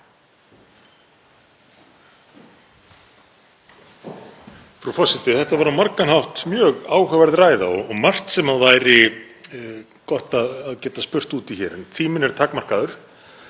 Þetta var á margan hátt mjög áhugaverð ræða og margt sem væri gott að geta spurt út í hér. En tíminn er takmarkaður